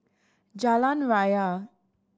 Jalan Raya